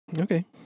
Okay